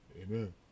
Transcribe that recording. Amen